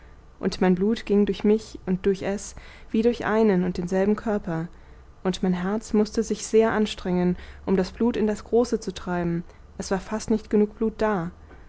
und mein blut ging durch mich und durch es wie durch einen und denselben körper und mein herz mußte sich sehr anstrengen um das blut in das große zu treiben es war fast nicht genug blut da